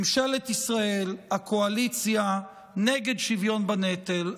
ממשלת ישראל, הקואליציה, נגד שוויון בנטל.